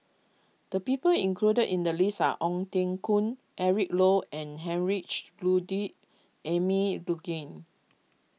the people included in the list are Ong Teng Koon Eric Low and Heinrich Ludwig Emil Luering